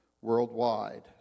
worldwide